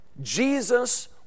Jesus